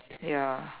ya